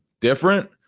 different